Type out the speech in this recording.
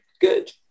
Good